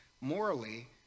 morally